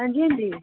हां जी हां जी